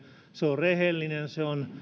se on rehellinen ja se on